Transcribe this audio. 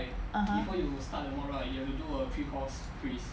(uh huh)